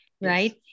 right